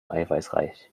eiweißreich